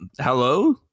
Hello